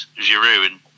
Giroud